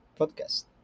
podcast